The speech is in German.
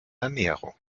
ernährung